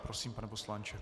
Prosím, pane poslanče.